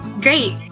Great